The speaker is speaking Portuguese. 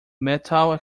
metal